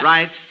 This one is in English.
Right